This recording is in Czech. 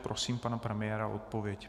Prosím pana premiéra o odpověď.